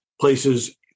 places